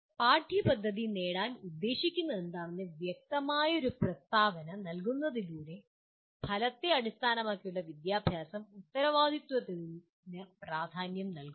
പാഠ്യപദ്ധതി നേടാൻ ഉദ്ദേശിക്കുന്നതെന്താണെന്ന് വ്യക്തമായ ഒരു പ്രസ്താവന നൽകുന്നതിലൂടെ ഫലത്തെ അടിസ്ഥാനമാക്കിയുള്ള വിദ്യാഭ്യാസം ഉത്തരവാദിത്വത്തിന് പ്രാധാന്യം നൽകുന്നു